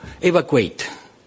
evacuate